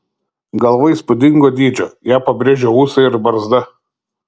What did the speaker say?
galva įspūdingo dydžio ją pabrėžia ūsai ir barzda